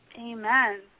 Amen